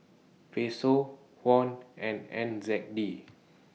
Peso Won and N Z D